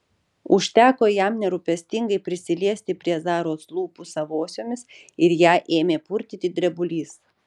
užteko jam nerūpestingai prisiliesti prie zaros lūpų savosiomis ir ją ėmė purtyti drebulys